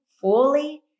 fully